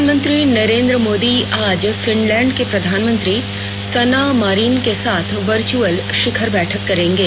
प्रधानमंत्री नरेन्द्र मोदी आज फिनलैंड के प्रधानमंत्री सना मरीन के साथ वर्चअल शिखर बैठक करेंगे